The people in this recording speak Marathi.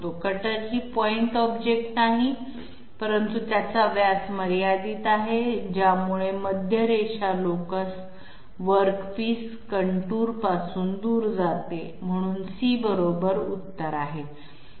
कटर ही पॉइंट ऑब्जेक्ट नाही परंतु त्याचा व्यास मर्यादित आहे ज्यामुळे मध्य रेषा लोकस वर्क पीस कॉन्टूरपासून दूर जाते म्हणून बरोबर उत्तर आहे